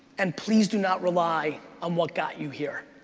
and please do not rely on what got you here.